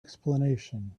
explanation